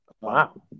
Wow